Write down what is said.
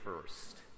first